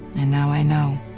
and now i know